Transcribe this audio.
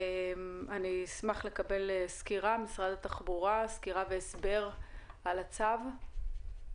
אני אשמח לקבל סקירה והסבר ממשרד התחבורה על הצו.